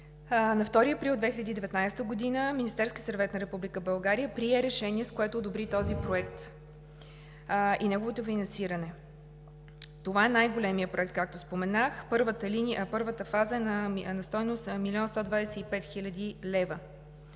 на 2 април 2019 г. Министерският съвет на Република България прие решение, с което одобри този проект и неговото финансиране. Това е най-големият проект, както споменах. Първата фаза е на стойност 1 млн.